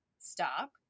Stop